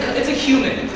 it's a human.